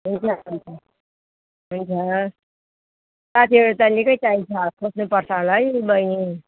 हुन्छ साथीहरू त निकै चाहिन्छ खोज्नु पर्छ होला है बहिनी